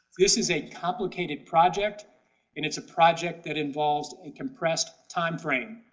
this is a complicated project and it's a project that involves a compressed timeframe.